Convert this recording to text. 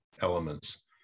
elements